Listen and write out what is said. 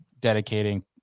dedicating